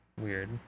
Weird